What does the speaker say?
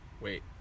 Wait